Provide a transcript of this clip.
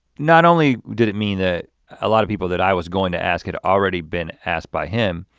not only did it mean that a lot of people that i was going to ask it already been asked by him,